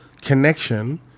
connection